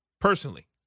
personally